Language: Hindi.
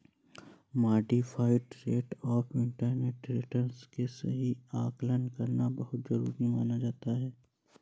modified rate of internal return के सही आकलन करना बहुत जरुरी माना जाता है